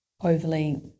overly